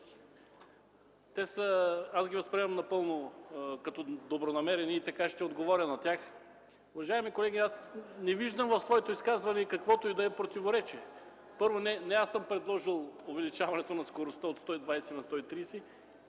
реплики. Възприемам ги като добронамерени и така ще отговоря на тях. Уважаеми колеги, не виждам в своето изказване каквото и да било противоречие. Първо, не аз съм предложил увеличаването на скоростта от 120 на 130